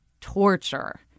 torture